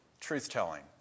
truth-telling